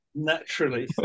naturally